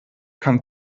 kann